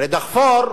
הרי דחפור,